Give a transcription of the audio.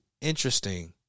interesting